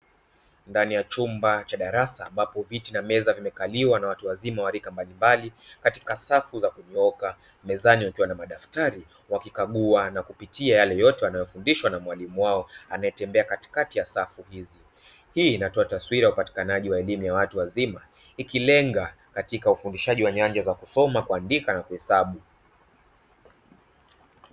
Ndani ya chumba cha darasa ambapo viti na meza vimekaliwa wa watu wazima wa rika mbalimbali katika safu za kunyooka, mezani kukiwa na madaftari wakikagua na kupitia yale yote yanayofundishwa na mwalimu wao anayetembea katikati ya safu hizi. Hii inatoa taswira ya upatikanaji wa elimu ya watu wazima ikilenga katika ufundishaji wa nyanja za kusoma, kuandika na kuhesabu.